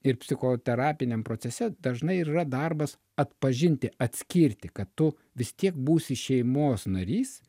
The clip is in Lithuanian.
ir psichoterapiniam procese dažnai ir yra darbas atpažinti atskirti kad tu vis tiek būsi šeimos narys